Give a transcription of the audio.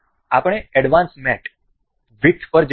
આપણે advance mat width પર જઈશું